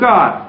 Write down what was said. God